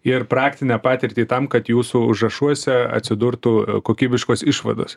ir praktinę patirtį tam kad jūsų užrašuose atsidurtų kokybiškos išvados